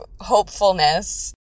hopefulness